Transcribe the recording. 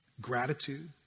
gratitude